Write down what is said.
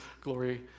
glory